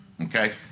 okay